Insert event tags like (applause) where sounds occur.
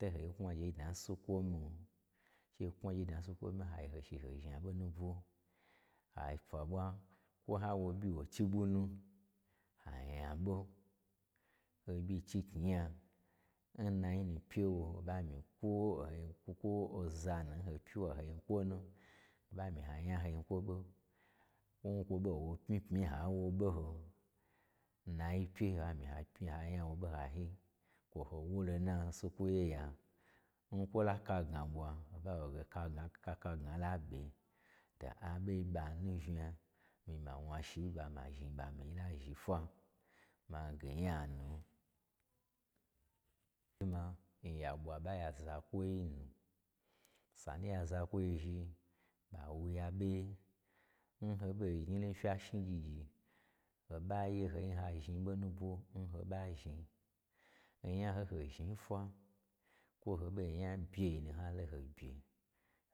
To ho knwa gye wyi dna n sukwo yin she ho knwa gyewyi dna n sukwo mii, a gye ho shi ho zhna ɓo nubwo, ai pwa ɓwa, kwo n ha wo oɓyi wo chi ɓwu nu, ha nya ɓo, oɓyi chi knyi nya, n nayi nu pye wo, ho ɓa myi kwo o ho nyi kwo oza nu n ho pyi wa o ha nyi kwo nu, ho ɓa myi ha nya ho nyi kwo ɓo, n kwo ɓo n wo pmi pmi-i ha wu wo ɓoho, nayi pye ha myi ha pmi ha nya wo ɓo n hayi, kwo ho wo wu lo na n sukwo yei ha. N kwo la ka gna ɓwa, ho ɓa wo ge kaka gna la ɓe, to aɓei n ɓanu unya, mii n ma wnashi n ɓa ma zhni ɓa mii la zhi wnashi na ɓa mazhni ɓa mii lazhi fwa. Mange nyanu (hesitation) kuma n ya ɓwa ɓa nya zakwoi nu, sanu n ya zakwoi zhi ɓa wu ya ɓe ye, n ho ɓo gnyi lo nun gya shni gyi gyi ho ɓa ye ho nyi ho zhni ɓo nubwo n ho ɓa zhni, onya n ho ɓo zhni n fwa kwo ho ɓo n nyabyei nu ha lo ho bye